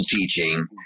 teaching